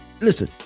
listen